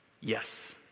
Yes